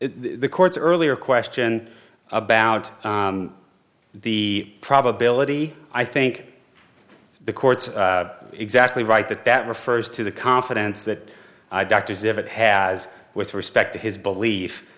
the court's earlier question about the probability i think the court's exactly right that that refers to the confidence that doctor's if it has with respect to his belief